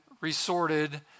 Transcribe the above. resorted